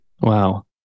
Wow